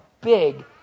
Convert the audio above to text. big